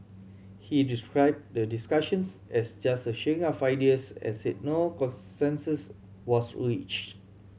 he described the discussions as just a sharing of ideas and said no consensus was reached